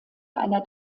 einer